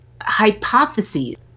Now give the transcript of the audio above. hypotheses